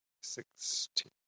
Sixteen